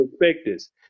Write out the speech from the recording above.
perspectives